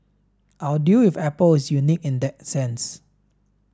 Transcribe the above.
our deal with Apple is unique in that sense